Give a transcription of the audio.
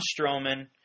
Strowman